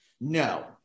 No